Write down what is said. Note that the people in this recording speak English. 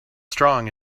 strong